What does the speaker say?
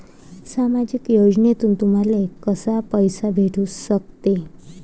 सामाजिक योजनेतून तुम्हाले कसा पैसा भेटू सकते?